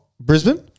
Brisbane